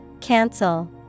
Cancel